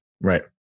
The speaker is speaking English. right